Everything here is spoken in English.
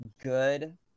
good